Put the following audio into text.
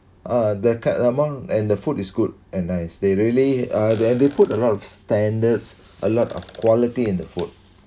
uh the cut amount and the food is good and nice they really uh and they and they put a lot of standards a lot of quality in the food